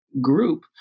group